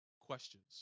questions